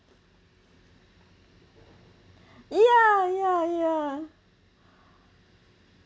ya ya ya